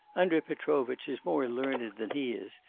andrei petrovitch is more learned than he is,